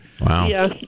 Wow